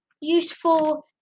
useful